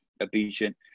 obedient